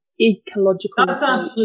ecological